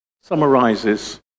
summarizes